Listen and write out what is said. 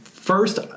First